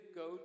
go